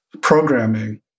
programming